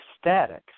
static